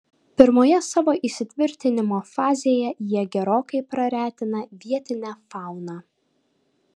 pirmoje savo įsitvirtinimo fazėje jie gerokai praretina vietinę fauną